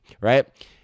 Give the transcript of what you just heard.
right